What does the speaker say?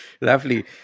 Lovely